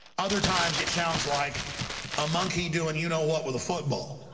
other times, it sounds like a monkey doing you know what with a football.